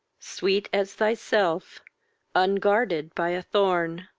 sweet as thyself unguarded by a thorn!